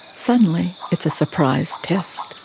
suddenly, it's a surprise test.